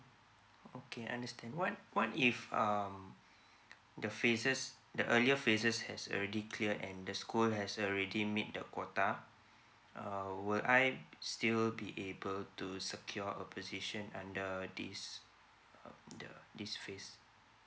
okay understand what what if um the phases the earlier phases has already clear and the school has already met the quota uh err will I still be able to secure a position under this uh under this phase